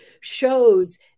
shows